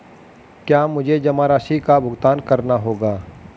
क्या मुझे जमा राशि का भुगतान करना होगा?